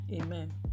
amen